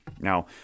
Now